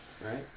right